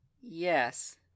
Yes